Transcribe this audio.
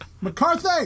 McCarthy